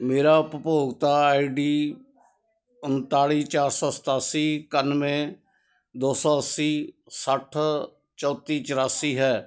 ਮੇਰਾ ਉਪਭੋਗਤਾ I D ਉਨਤਾਲੀ ਚਾਰ ਸੌ ਸਤਾਸੀ ਇਕਾਨਵੇਂ ਦੋ ਸੌ ਅੱਸੀ ਸੱਠ ਚੌਂਤੀ ਚਰਾਸੀ ਹੈ